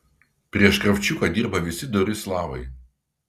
prieš kravčiuką dirba visi dori slavai